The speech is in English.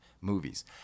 movies